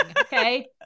Okay